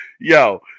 yo